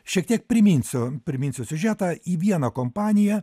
šiek tiek priminsiu priminsiu siužetą į vieną kompaniją